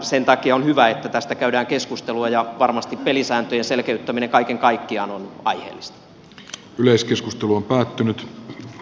sen takia on hyvä että tästä käydään keskustelua ja varmasti pelisääntöjen selkeyttäminen kaiken kaikkiaan on päättynyt